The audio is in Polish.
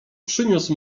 przyniósł